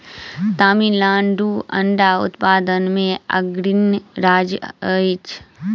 तमिलनाडु अंडा उत्पादन मे अग्रणी राज्य अछि